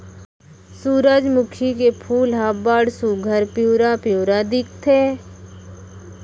सुरूजमुखी के फूल ह बड़ सुग्घर पिंवरा पिंवरा दिखथे